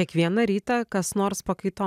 kiekvieną rytą kas nors pakaitom